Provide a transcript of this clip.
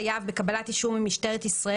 יהיה חייב בקבלת אישור ממשטרת ישראל